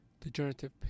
Degenerative